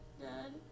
Dad